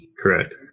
Correct